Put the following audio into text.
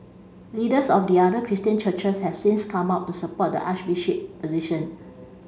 leaders of the other Christian churches have since come out to support the Archbishop position